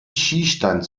schießstand